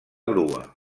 grua